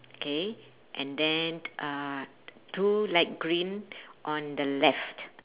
K and then uh two light green on the left